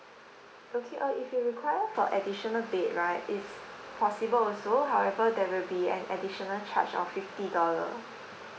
okay uh if you require for additional bed right it's possible also however there will be an additional charge of fifty dollar